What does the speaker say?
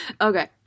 Okay